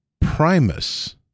Primus